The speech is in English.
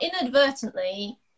inadvertently